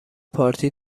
پارتی